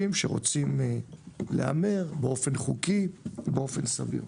שרוצים להמר באופן חוקי ובאופן סביר.